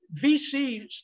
VCs